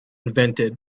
invented